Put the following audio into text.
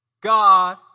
God